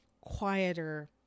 quieter